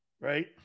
right